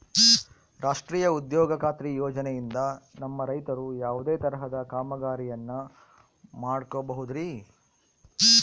ರಾಷ್ಟ್ರೇಯ ಉದ್ಯೋಗ ಖಾತ್ರಿ ಯೋಜನೆಯಿಂದ ನಮ್ಮ ರೈತರು ಯಾವುದೇ ತರಹದ ಕಾಮಗಾರಿಯನ್ನು ಮಾಡ್ಕೋಬಹುದ್ರಿ?